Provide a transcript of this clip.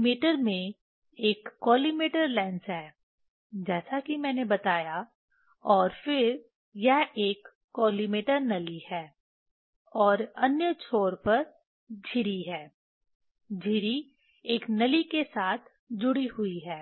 collimator में एक collimator lens है जैसा कि मैंने बताया और फिर यह एक कॉलिमेटर नली है और अन्य छोर पर झिरी है झिरी एक नली के साथ जुड़ी हुई है